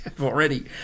already